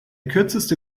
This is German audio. kürzeste